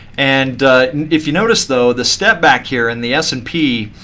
and and if you notice though, the step back here in the s and p,